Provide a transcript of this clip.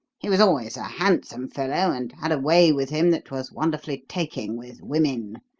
he was always a handsome fellow and had a way with him that was wonderfully taking with women,